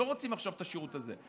לא רוצים עכשיו את השירות הזה.